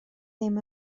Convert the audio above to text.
ddim